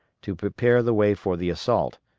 to prepare the way for the assault,